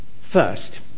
first